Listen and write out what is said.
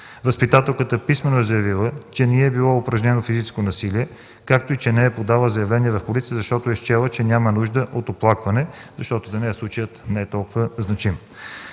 Възпитателката писмено е заявила, че не е било упражнено физическо насилие, както и че не е подала заявление в полицията, защото е счела, че няма нужда от оплакване, защото за нея случаят не е толкова значим.